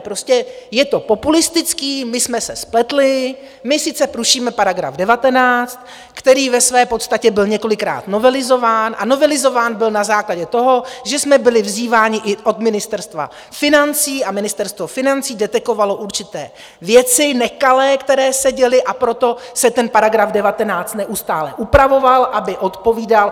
Prostě je to populistické my jsme se spletli, my sice zrušíme § 19, který ve své podstatě byl několikrát novelizován, a novelizován byl na základě toho, že jsme byli vyzýváni i od Ministerstva financí, a Ministerstvo financí detekovalo určité věci nekalé, které se děly, a proto se ten § 19 neustále upravoval, aby odpovídal.